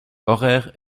horaires